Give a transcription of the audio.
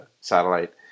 satellite